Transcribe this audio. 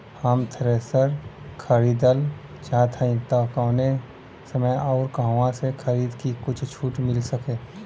हम थ्रेसर खरीदल चाहत हइं त कवने समय अउर कहवा से खरीदी की कुछ छूट मिल सके?